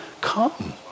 come